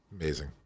Amazing